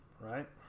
right